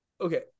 okay